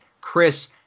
Chris